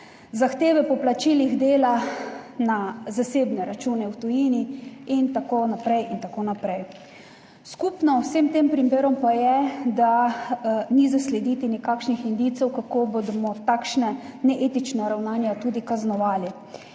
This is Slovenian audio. zahteve po plačilih dela na zasebne račune v tujini in tako naprej in tako naprej. Vsem tem primerom pa je skupno, da ni zaslediti nikakršnih indicev, kako bomo takšna neetična ravnanja tudi kaznovali.